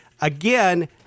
Again